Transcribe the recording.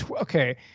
okay